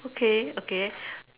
okay okay